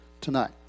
tonight